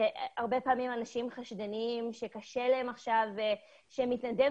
הרבה פעמים אנשים חשדנים וקשה להם עכשיו וכאשר מתנדב